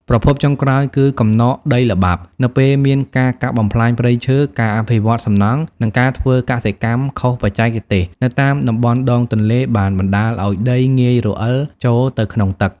ប្រភពចុងក្រោយគឺ កំណកដីល្បាប់ នៅពេលមានការកាប់បំផ្លាញព្រៃឈើ ការអភិវឌ្ឍសំណង់ និងការធ្វើកសិកម្មខុសបច្ចេកទេសនៅតាមតំបន់ដងទន្លេ បានបណ្តាលឱ្យដីងាយរអិលចូលទៅក្នុងទឹក។